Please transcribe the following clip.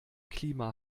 klima